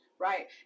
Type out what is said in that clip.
Right